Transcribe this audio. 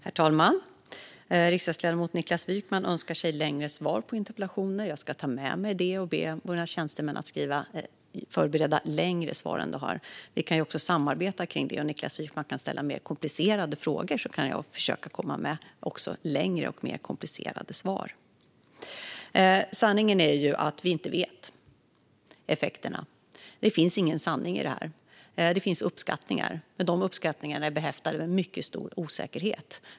Herr talman! Riksdagsledamoten Niklas Wykman önskar längre svar på interpellationer. Jag ska ta med mig det och be tjänstemännen förbereda längre svar. Vi kan också samarbeta om det. Om Niklas Wykman kan ställa mer komplicerade frågor kan jag också försöka komma med längre och mer komplicerade svar. Sanningen är att vi inte vet effekterna. Det finns ingen sanning i det här. Det finns uppskattningar. Men de uppskattningarna är behäftade med mycket stor osäkerhet.